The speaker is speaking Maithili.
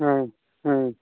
हाँ हाँ